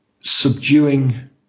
subduing